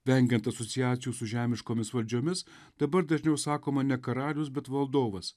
vengiant asociacijų su žemiškomis valdžiomis dabar dažniau sakoma ne karalius bet valdovas